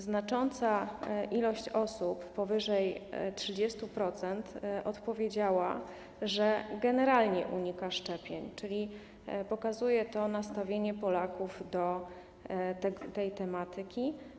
Znacząca liczba osób, powyżej 30%, odpowiedziała, że generalnie unika szczepień, czyli pokazuje to nastawienie Polaków do tej tematyki.